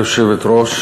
גברתי היושבת-ראש,